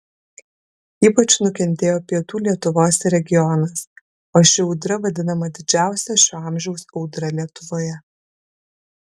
ypač nukentėjo pietų lietuvos regionas o ši audra vadinama didžiausia šio amžiaus audra lietuvoje